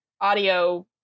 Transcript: audio